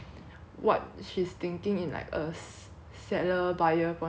what she's thinking in like a seller buyer point of view